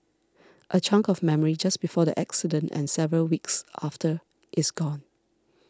a chunk of memory just before the accident and several weeks after is gone